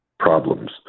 problems